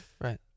Right